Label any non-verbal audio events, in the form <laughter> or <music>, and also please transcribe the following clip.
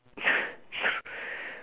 <noise>